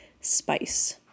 spice